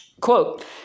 Quote